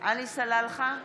עלי סלאלחה,